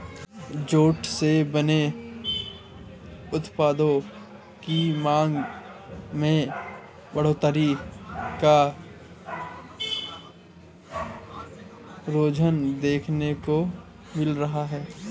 jute से बने उत्पादों की मांग में बढ़ोत्तरी का रुझान देखने को मिल रहा है